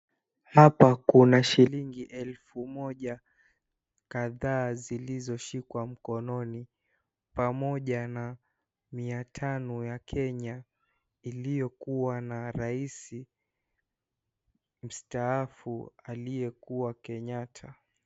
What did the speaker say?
Hapa kuna shilingi elfu moja kadhaa zilizoshikwa mkononi pamoja na mia tano ya Kenya iliyokuwa na Rais Msataafu aliyekuwa Kenyatta